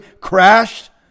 crashed